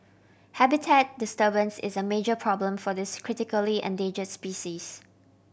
habitat disturbance is a major problem for this critically endanger species